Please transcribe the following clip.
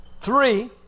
Three